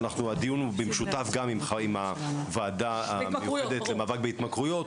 הדיון הוא במשותף גם עם הוועדה המיוחדת למאבק בהתמכרויות.